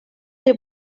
del